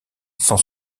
sans